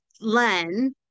Len